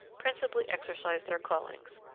principally exercise their callings.